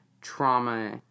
trauma